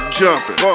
jumping